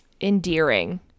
endearing